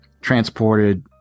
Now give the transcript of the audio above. transported